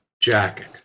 jacket